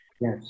Yes